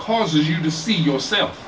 cause you to see yourself